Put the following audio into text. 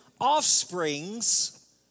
offsprings